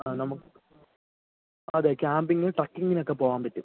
ആ നമുക്ക് അതെ ക്യാമ്പിംഗ് ട്രക്കിങ്ങിനൊക്കെ പോകുവാൻ പറ്റും